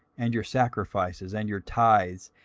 and your sacrifices, and your tithes,